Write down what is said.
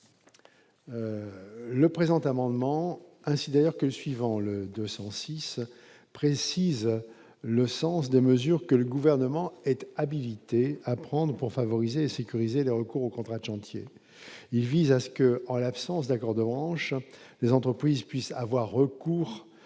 le présent amendement ainsi d'ailleurs que, suivant le 206 précise le sens des mesures que le gouvernement était habilité à prendre pour favoriser et sécuriser le recours aux contrats chantier il vise à ce que, en l'absence d'accords de branche, les entreprises puissent avoir recours